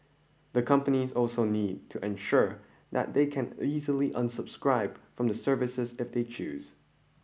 the companies also need to ensure that they can easily unsubscribe from the service if they choose